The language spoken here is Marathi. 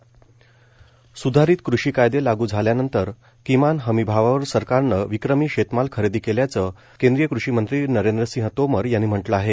नरेंद्रसिंह तोमर स्धारित कृषी कायदे लागू झाल्यानंतर किमान हमीभावावर सरकारनं विक्रमी शेतमाल खरेदी केल्याचं केंद्रीय कृषीमंत्री नरेंद्रसिंह तोमर यांनी म्हटलं आहे